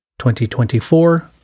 2024